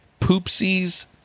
Poopsie's